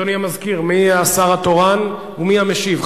מי השר התורן ומי המשיב?